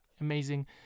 Amazing